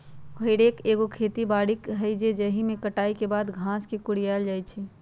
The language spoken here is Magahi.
हे रेक एगो खेती बारी रेक हइ जाहिमे कटाई के बाद घास के कुरियायल जाइ छइ